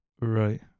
Right